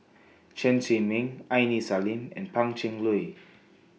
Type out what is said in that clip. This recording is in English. Chen Zhiming Aini Salim and Pan Cheng Lui